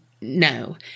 no